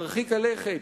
מרחיק הלכת,